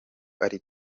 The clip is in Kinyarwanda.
ari